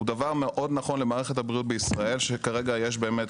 הוא דבר מאוד נכון למערכת הבריאות בישראל שכרגע יש באמת,